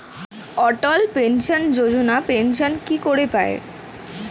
অটল pension Yojana pension কি করে পায়?